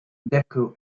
deco